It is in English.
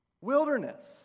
wilderness